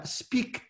speak